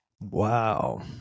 Wow